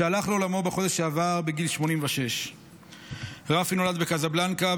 שהלך לעולמו בחודש שעבר בגיל 86. רפי נולד בקזבלנקה,